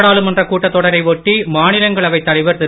நாடாளுமன்ற கூட்டத் தொடரை ஒட்டி மாநிலங்களவைத் தலைவர் திரு